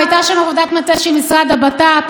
הייתה שם עבודת מטה של משרד הבט"פ,